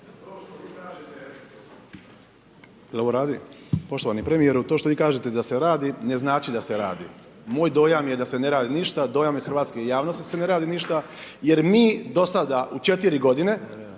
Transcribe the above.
to što vi kažete da se radi, ne znači da se radi. Moj dojam je da se ne radi ništa, dojam je hrvatske javnosti da se ne radi ništa jer mi do sada u 4 godine,